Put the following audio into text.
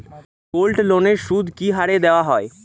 গোল্ডলোনের সুদ কি হারে দেওয়া হয়?